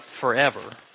forever